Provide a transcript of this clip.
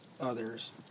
others